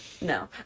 No